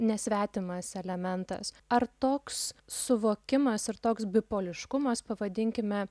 nesvetimas elementas ar toks suvokimas ir toks bipoliškumas pavadinkime